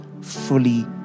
fully